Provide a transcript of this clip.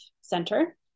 center